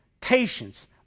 patience